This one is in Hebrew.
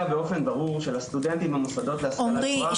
באופן ברור שלסטודנטים במוסדות להשכלה גבוהה --- עמרי,